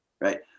Right